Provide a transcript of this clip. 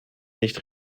nicht